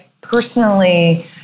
personally